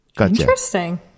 Interesting